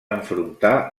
enfrontar